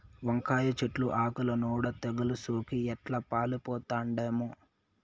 వంకాయ చెట్లు ఆకుల నూడ తెగలు సోకి ఎట్లా పాలిపోతండామో